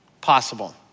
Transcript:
possible